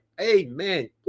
Amen